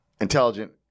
intelligent